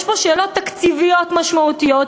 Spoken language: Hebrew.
יש פה שאלות תקציביות משמעותיות.